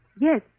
Yes